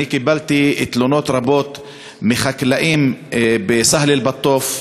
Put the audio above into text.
אני קיבלתי תלונות רבות מחקלאים בסהל בטוף,